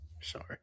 sorry